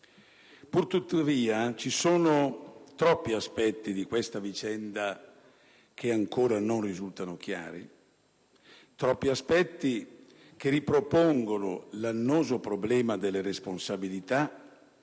Pur tuttavia, ci sono troppi aspetti di questa vicenda che ancora non risultano chiari; troppi aspetti che ripropongono l'annoso problema delle responsabilità